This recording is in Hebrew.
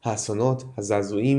האסונות, הזעזועים